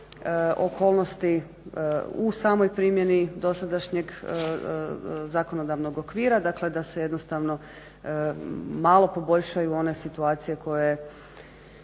okolnosti u samoj primjeni dosadašnjeg zakonodavnog okvira, dakle da se jednostavno malo poboljšaju one situacije koje